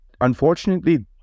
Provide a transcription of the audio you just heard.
Unfortunately